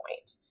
point